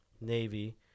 Navy